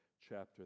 Chapter